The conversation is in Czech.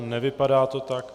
Nevypadá to tak.